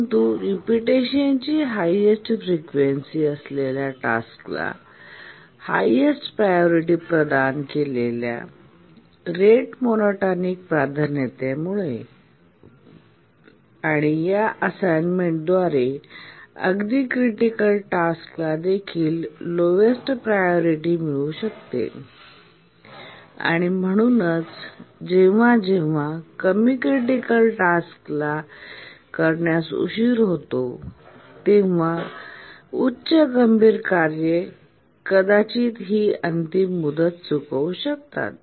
परंतु रिपीटेशनची highest frequency असलेल्या टास्कला हायएस्ट प्रायोरिटी प्रदान केलेल्या रेट मोनोटोनिक प्राधान्यतेमुळे आणि या असाइनमेंट द्वारे अगदी क्रिटिकल टास्कला देखील लोवेस्ट प्रायोरिटी मिळू शकते आणि म्हणूनच जेव्हा जेव्हा कमी क्रिटिकल टास्कला करण्यास उशीर होतो तेव्हा उच्च गंभीर कार्ये कदाचित ही अंतिम मुदत चुकवू शकतात